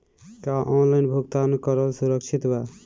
का ऑनलाइन भुगतान करल सुरक्षित बा?